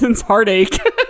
heartache